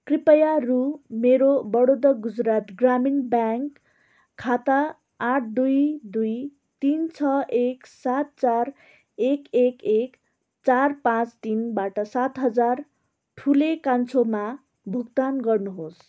कृपया रु मेरो बडोदा गुजरात ग्रामीण ब्याङ्क खाता आठ दुई दुई तिन छ एक सात चार एक एक एक चार पाँच तिनबाट सात हजार ठुले कान्छोमा भुक्तान गर्नुहोस्